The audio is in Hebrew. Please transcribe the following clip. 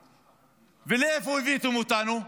לאן הבאתם אותנו?